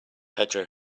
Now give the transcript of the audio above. pedro